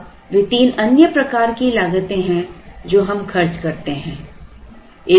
अब वे तीन अन्य प्रकार की लागतें हैं जो हम खर्च करते हैं